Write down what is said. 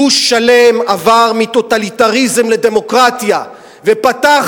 גוש שלם עבר מטוטליטריזם לדמוקרטיה ופתח